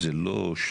ומי שלא פה,